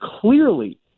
clearly